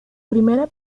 primera